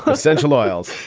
essential oils.